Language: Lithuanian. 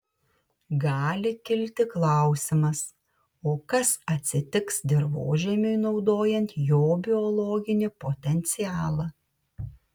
gali kilti klausimas o kas atsitiks dirvožemiui naudojant jo biologinį potencialą